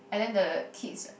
and then the kids